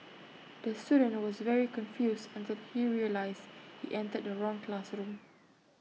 the student was very confused until he realised he entered the wrong classroom